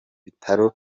bitaro